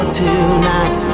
tonight